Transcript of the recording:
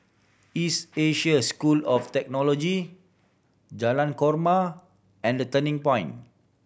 East Asia's School of Theology Jalan Korma and The Turning Point